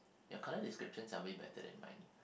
your colour descriptions are way better than mine